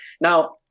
Now